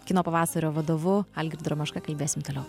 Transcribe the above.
kino pavasario vadovu algirdu ramaška kalbėsim toliau